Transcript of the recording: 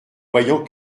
voyant